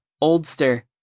oldster